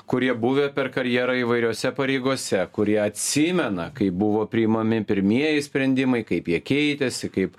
kurie buvę per karjerą įvairiose pareigose kurie atsimena kaip buvo priimami pirmieji sprendimai kaip jie keitėsi kaip